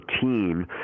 team